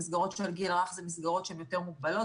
מסגרות של הגיל הרך הן מסגרות שהן יותר מוגבלות.